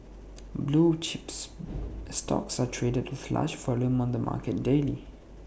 blue chips stocks are traded with large volume on the market daily